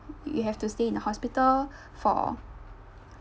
you have to stay in the hospital for